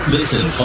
Listen